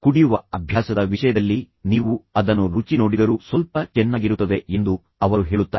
ಕುಡಿಯುವ ಅಭ್ಯಾಸದ ವಿಷಯದಲ್ಲಿ ನೀವು ಅದನ್ನು ರುಚಿ ನೋಡಿದರೂ ಸ್ವಲ್ಪ ಚೆನ್ನಾಗಿರುತ್ತದೆ ಎಂದು ಅವರು ಹೇಳುತ್ತಾರೆ